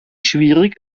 schwierig